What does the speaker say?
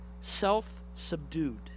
self-subdued